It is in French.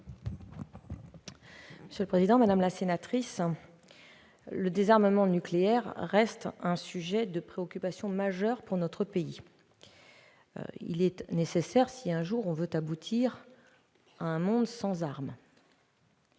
Mme la ministre. Madame la sénatrice, le désarmement nucléaire reste un sujet de préoccupation majeur pour notre pays. Il est nécessaire si l'on veut aboutir un jour à un monde sans armes.